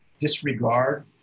disregard